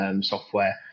software